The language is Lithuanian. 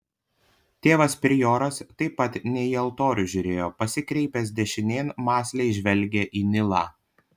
tėvas prioras taip pat ne į altorių žiūrėjo pasikreipęs dešinėn mąsliai žvelgė į nilą